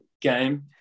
game